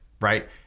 right